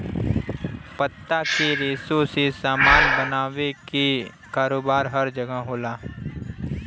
पत्ता के रेशा से सामान बनावे क कारोबार हर जगह होला